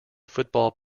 football